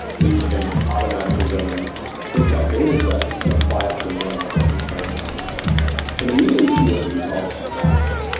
we can automatically go and to take that dataset and apply it to a neural network and train a neural network and immediately see what the results are graphically.